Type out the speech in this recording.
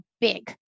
big